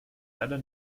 leider